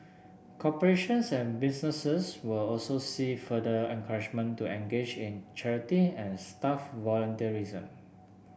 corporations and businesses will also see further encouragement to engage in charity and staff volunteerism